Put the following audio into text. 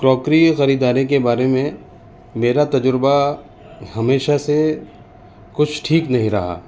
crockery خریداری کے بارے میں میرا تجربہ ہمیشہ سے کچھ ٹھیک نہیں رہا